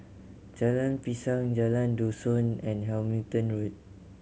Jalan Pisang Jalan Dusun and Hamilton Road